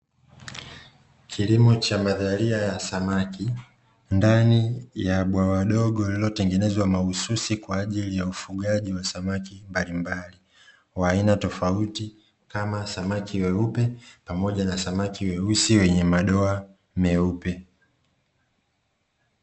Kilimo cha mazaria ya samaki, ndani ya bwawa dogo lililotengenezwa mahususi kwa ajili ya ufugaji wa samaki mbalimbali. Wa aina tofauti kama samaki weupe pamoja na samaki weusi wenye madoa meupe.